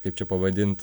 kaip čia pavadint